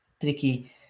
tricky